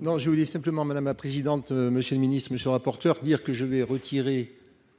Non je voulais simplement madame la présidente. Monsieur le Ministre, Monsieur rapporteur dire que je vais retirer